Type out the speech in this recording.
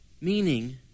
Meaning